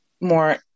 more